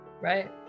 Right